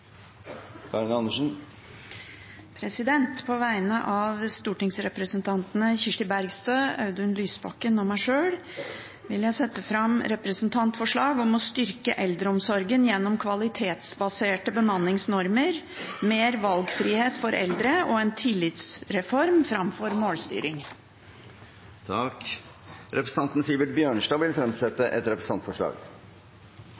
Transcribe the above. Karin Andersen vil fremsette et representantforslag. På vegne av stortingsrepresentantene Kirsti Bergstø, Audun Lysbakken og meg sjøl vil jeg sette fram et representantforslag om å styrke eldreomsorgen gjennom kvalitetsbaserte bemanningsnormer, mer valgfrihet for eldre og en tillitsreform framfor målstyring. Representanten Sivert Bjørnstad vil fremsette